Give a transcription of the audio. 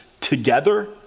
together